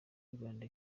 rwanda